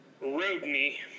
Rodney